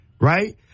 right